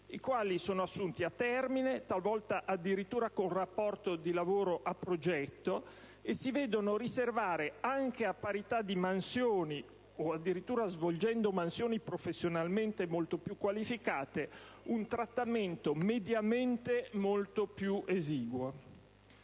i quali sono assunti a termine, talvolta addirittura con rapporto di lavoro a progetto, e si vedono riservare, anche a parità di mansioni o addirittura svolgendo mansioni professionalmente molto più qualificate, un trattamento mediamente molto più esiguo.